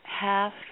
half